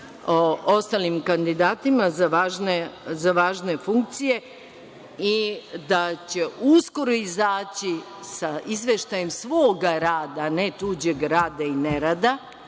ostalim kandidatima za važne funkcije. Uskoro će izaći sa izveštajem svoga rada, a ne tuđeg rada i nerada